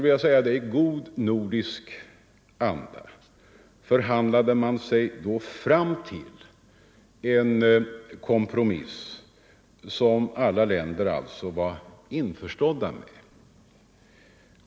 I god nordisk anda förhandlade man sig fram till en kompromiss som alla länder alltså var införstådda med.